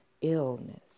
illness